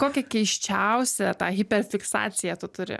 kokią keisčiausią tą hiperfiksaciją tu turi